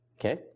Okay